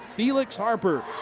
felix harper.